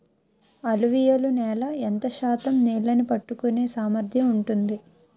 అలువియలు నేల ఎంత శాతం నీళ్ళని పట్టుకొనే సామర్థ్యం ఉంటుంది?